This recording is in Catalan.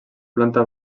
planta